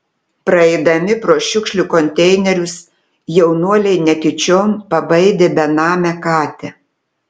praeidami pro šiukšlių konteinerius jaunuoliai netyčiom pabaidė benamę katę